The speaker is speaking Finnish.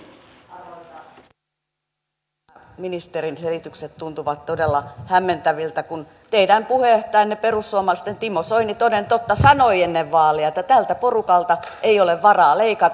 kyllä nämä ministerin selitykset tuntuvat todella hämmentäviltä kun teidän puheenjohtajanne perussuomalaisten timo soini toden totta sanoi ennen vaaleja että tältä porukalta ei ole varaa leikata